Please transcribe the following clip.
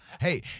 Hey